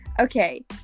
Okay